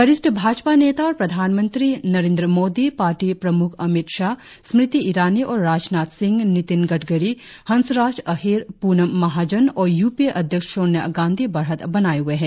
वरिष्ठ भाजपा नेता और प्रधानमंत्री नरेंद्र मोदी पार्टी प्रमुख अमित शाह स्मृति इरानी और राजनाथ सिंह नितिन गडकरी हंसराज अहीर पूनम महाजन और यूपीए अध्यक्ष सोनिया गांधी बढ़त बनाये हुए है